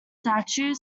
statute